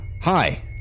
Hi